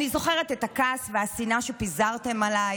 אני זוכרת את הכעס והשנאה שפיזרתן עליי